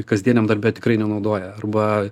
kasdieniam darbe tikrai nenaudoja arba